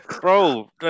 bro